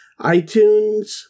iTunes